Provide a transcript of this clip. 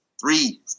three